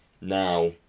now